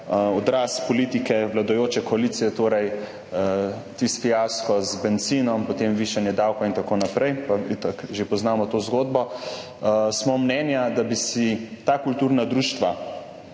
odraz politike vladajoče koalicije – torej tisti fiasko z bencinom, potem višanje davka in tako naprej, itak že poznamo to zgodbo – smo mnenja, da bi si ta kulturna društva,